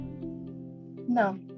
No